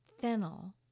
fennel